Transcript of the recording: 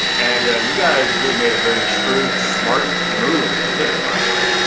and you guys really made a very shrewd, smart move and pivot by the way,